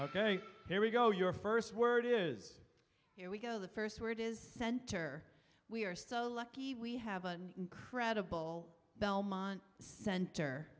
ok here we go your first word is here we go the first word is center we are so lucky we have an incredible belmont center